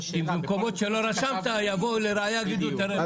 במקומות שלא כתבת את זה יבואו לראיה ויגידו: הנה,